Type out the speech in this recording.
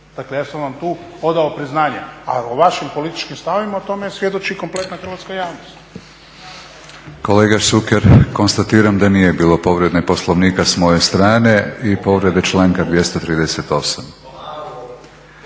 dakle ja sam vam tu odao priznanje. A o vašim političkim stavovima, o tome svjedoči kompletna hrvatska javnost. **Batinić, Milorad (HNS)** Kolega Šuker, konstatiram da nije bilo povrede Poslovnika s moje strane i povrede članka 238.